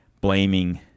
blaming